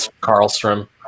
Carlstrom